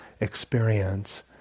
experience